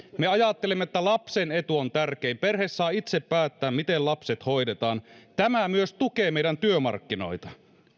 me ajattelemme että lapsen etu on tärkein perhe saa itse päättää miten lapset hoidetaan tämä myös tukee meidän työmarkkinoitamme